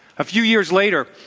a few years later,